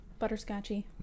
butterscotchy